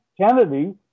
Kennedy